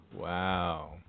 Wow